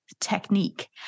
technique